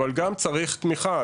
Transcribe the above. אבל גם צריך תמיכה,